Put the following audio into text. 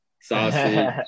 sausage